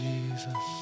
Jesus